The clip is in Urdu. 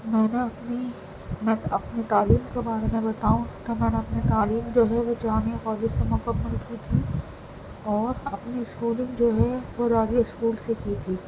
میں نے اپنی میں اپنی تعلیم کے بارے میں بتاؤں تو میں نے اپنی تعلیم جو ہے وہ جامعہ کالج سے مکمل کی تھی اور اپنی اسکولنگ جو وہ رابعہ اسکول سے کی تھی